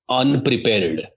unprepared